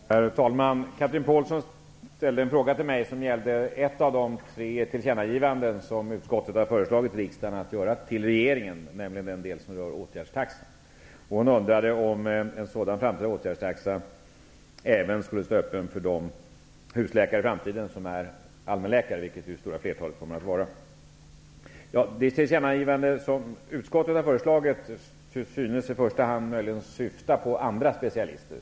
Herr talman! Chatrine Pålsson ställde en fråga till mig som gällde ett av de tre tillkännagivanden som utskottet har föreslagit riksdagen att göra till regeringen, nämligen den del som rör åtgärdstaxan. Hon undrade om en sådan framtida åtgärdstaxa även skulle stå öppen för de framtida husläkare som är allmänläkare, vilket ju det stora flertalet kommer att vara. Det tillkännagivande som utskottet har föreslagit synes i första hand möjligen syfta på andra specialister.